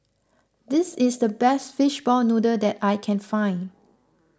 this is the best Fishball Noodle that I can find